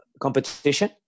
competition